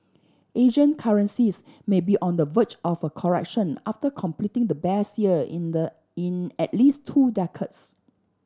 Asian currencies may be on the verge of a correction after completing the best year in the in at least two decades